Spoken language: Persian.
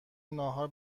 ناهار